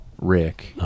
Rick